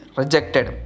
rejected